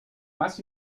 más